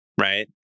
right